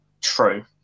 True